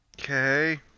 Okay